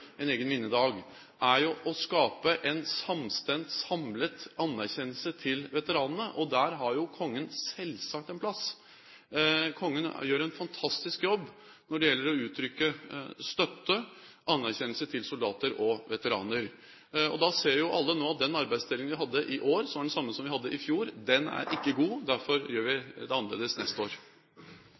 egen minnedag, er jo å skape en samstemt, samlet anerkjennelse til veteranene, og der har jo kongen selvsagt en plass. Kongen gjør en fantastisk jobb når det gjelder å uttrykke støtte og anerkjennelse til soldater og veteraner. Og da ser jo alle nå at den arbeidsdelingen vi hadde i år – som er den samme som vi hadde i fjor – ikke er god, og derfor gjør vi det annerledes neste år.